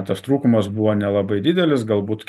tas trūkumas buvo nelabai didelis galbūt